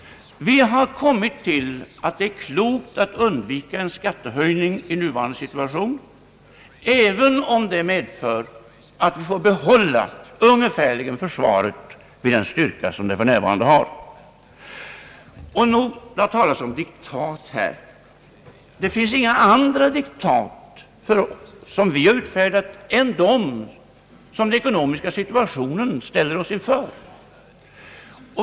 Vi anser det klokt att i nuvarande situation undvika en skattehöjning, även om detta medför att vi får behålla försvaret vid ungefär den styrka som det för närvarande har. Det har talats om diktat i detta sammanhang. Men vi har inte utfärdat några andra diktat än dem som den ekonomiska situationen ställt oss inför.